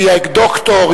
שהיא דוקטור,